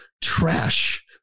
trash